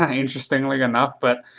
ah interestingly enough. but